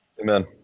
Amen